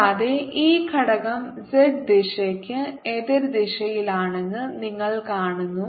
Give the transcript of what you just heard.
കൂടാതെ ഈ ഘടകം z ദിശയ്ക്ക് എതിർ ദിശയിലാണെന്ന് നിങ്ങൾ കാണുന്നു